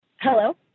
Hello